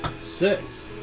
Six